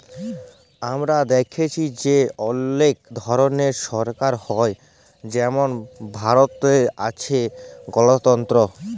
আমরা দ্যাইখছি যে অলেক ধরলের সরকার হ্যয় যেমল ভারতেল্লে আছে গলতল্ত্র